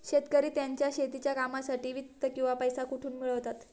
शेतकरी त्यांच्या शेतीच्या कामांसाठी वित्त किंवा पैसा कुठून मिळवतात?